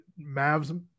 Mavs